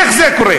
איך זה קורה?